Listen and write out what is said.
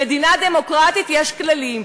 במדינה דמוקרטית יש כללים,